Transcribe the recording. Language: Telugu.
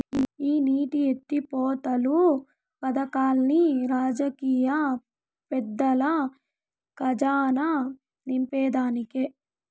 ఈ నీటి ఎత్తిపోతలు పదకాల్లన్ని రాజకీయ పెద్దల కజానా నింపేదానికే